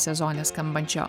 sezone skambančio